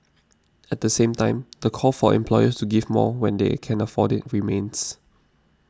at the same time the call for employers to give more when they can afford it remains